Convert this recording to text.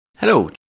Hello